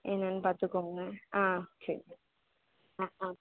என்னான்னு பார்த்துக்கோங்க ஆ சரி ஆ ஆ